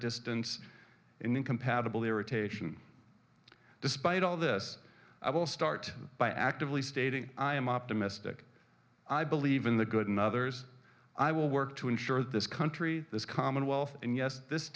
distance incompatible irritation despite all this i will start by actively stating i am optimistic i believe in the good in others i will work to ensure this country this commonwealth and yes this